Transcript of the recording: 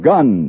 Gun